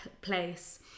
place